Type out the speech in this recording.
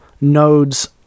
nodes